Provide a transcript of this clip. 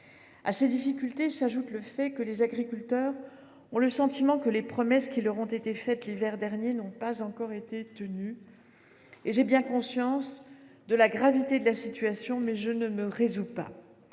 À ces difficultés s’ajoute le fait que les agriculteurs ont le sentiment que les promesses qui leur ont été faites l’hiver dernier n’ont pas encore été tenues. J’ai bien conscience de la gravité de la situation et je ne m’y résous pas.